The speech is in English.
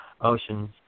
ocean's